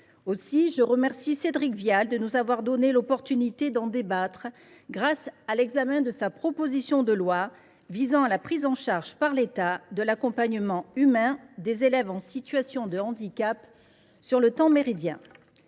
Je remercie donc Cédric Vial de nous avoir donné l’occasion d’en débattre en examinant sa proposition de loi visant à la prise en charge par l’État de l’accompagnement humain des élèves en situation de handicap sur le temps méridien.